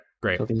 great